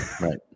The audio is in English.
Right